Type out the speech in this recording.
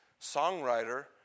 songwriter